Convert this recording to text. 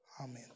Amen